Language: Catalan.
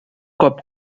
cop